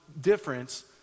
difference